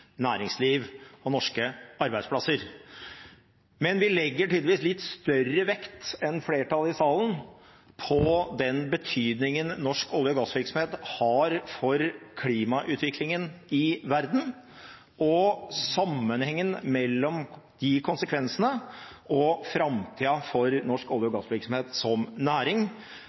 næringsliv og norske arbeidsplasser. Men vi legger tydeligvis litt større vekt enn flertallet i salen på den betydningen norsk olje- og gassvirksomhet har for klimautviklingen i verden og sammenhengen mellom de konsekvensene og framtida for norsk olje- og gassvirksomhet som næring,